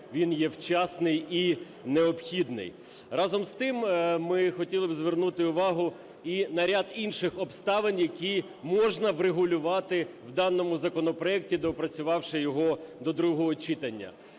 він є вчасний і необхідний. Разом з тим, ми хотіли б звернути увагу і на ряд інших обставин, які можна врегулювати в даному законопроекті, доопрацювавши його до другого читання.